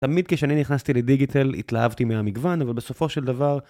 תמיד כשאני נכנסתי לדיגיטל התלהבתי מהמגוון, אבל בסופו של דבר...